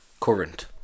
current